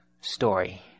story